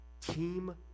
Team